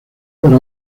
para